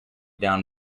down